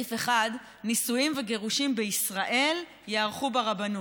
בסעיף 1, שנישואים וגירושים בישראל ייערכו ברבנות?